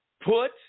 put